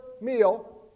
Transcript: meal